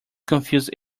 confuse